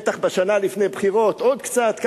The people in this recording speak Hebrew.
ובטח בשנה לפני בחירות עוד קצת,